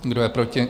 Kdo je proti?